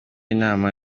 inama